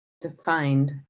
defined